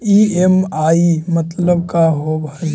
EMI मतलब का होब हइ?